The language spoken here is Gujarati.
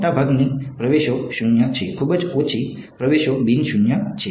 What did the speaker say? મોટાભાગની પ્રવેશો શૂન્ય છે ખૂબ જ ઓછી પ્રવેશો બિન શૂન્ય છે